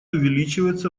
увеличивается